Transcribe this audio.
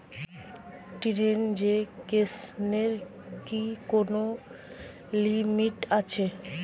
ট্রানজেকশনের কি কোন লিমিট আছে?